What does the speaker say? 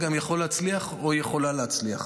גם יכול להצליח או יכולה להצליח.